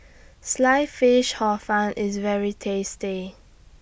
Sliced Fish Hor Fun IS very tasty